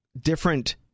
different